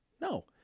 No